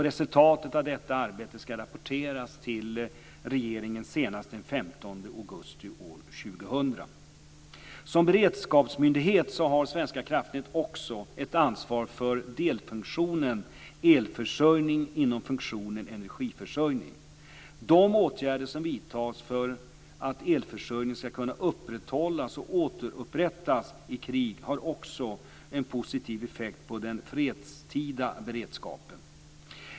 Resultatet av detta arbete ska rapporteras till regeringen senast den 15 augusti år 2000. Som beredskapsmyndighet har Svenska kraftnät också ett ansvar för delfunktionen Elförsörjning inom funktionen Energiförsörjning. De åtgärder som vidtas för att elförsörjningen ska kunna upprätthållas och återupprättas i krig har också en positiv effekt på den fredstida beredskapen.